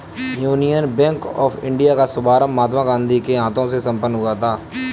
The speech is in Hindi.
यूनियन बैंक ऑफ इंडिया का शुभारंभ महात्मा गांधी के हाथों से संपन्न हुआ था